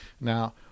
now